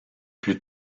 plus